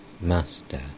Master